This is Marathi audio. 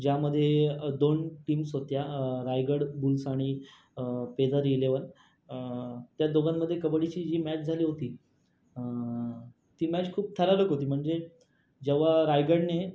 ज्यामध्ये दोन टीम्स होत्या रायगड बुल्स आणि पेदारी इलेवन त्या दोघांमध्ये कबड्डीची जी मॅच झाली होती ती मॅच खूप थरारक होती म्हणजे जेव्हा रायगडने